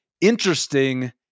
interesting